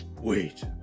Wait